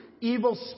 evil